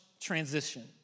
transition